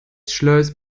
schloss